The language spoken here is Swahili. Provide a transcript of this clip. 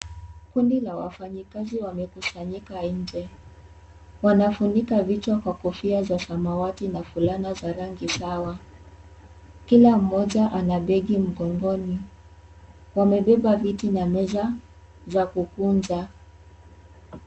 Kundi la wafanyakazi wamekusanyika nje. Wanafunika vichwa kwa kofia za samawati na fulana za rangi sawa. Kila mmoja ana begi mgongoni. Wamebeba viti na meza, za kukunja.